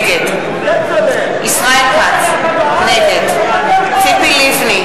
נגד ישראל כץ, נגד ציפי לבני,